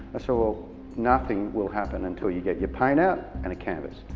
so well nothing will happen until you get your paint out and a canvas,